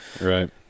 Right